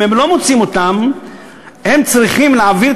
אם הם לא מוצאים אותם הם צריכים להעביר